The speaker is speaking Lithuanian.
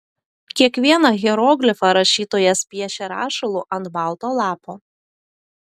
kiekvieną hieroglifą rašytojas piešia rašalu ant balto lapo